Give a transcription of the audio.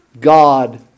God